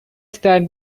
stand